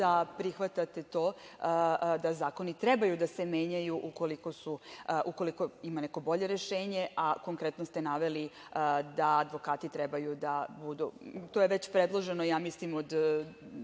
da prihvatate to da zakoni treba da se menjaju ukoliko ima neko bolje rešenje, a konkretno ste naveli da advokati treba da budu, a to je već predloženo, mislim od